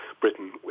Britain